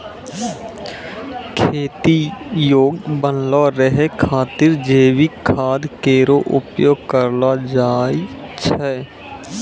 खेती योग्य बनलो रहै खातिर जैविक खाद केरो उपयोग करलो जाय छै